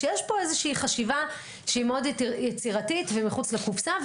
יש פה חשיבה שהיא מאוד יצירתית ומחוץ לקופסה,